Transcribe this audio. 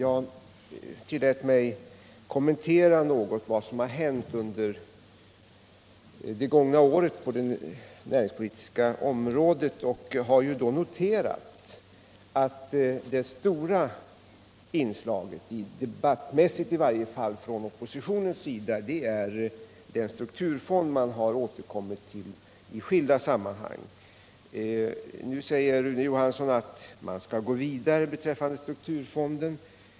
Jag tillät mig att något kommentera vad som har hänt under det gångna året på det näringspolitiska området. Det stora inslaget — i varje fall debattmässigt — från oppositionens sida är den strukturfond som man har återkommit till i skilda sammanhang. Nu säger Rune Johansson att man skall gå vidare beträffande strukturfonden.